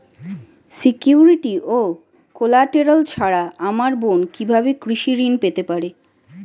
Security ও collateral ছাড়া আমার বোন কিভাবে কৃষি ঋন পেতে পারে?